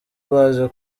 baje